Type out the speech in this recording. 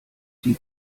die